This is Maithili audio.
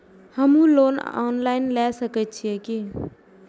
हमू लोन ऑनलाईन के सके छीये की?